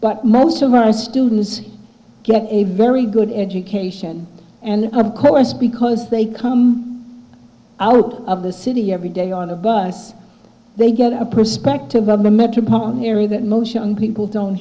but most of our students get a very good education and of course because they come out of the city every day on the bus they get a perspective of a metropolitan area that most young people don't